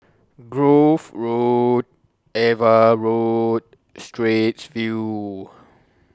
Grove Road AVA Road Straits View